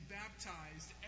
baptized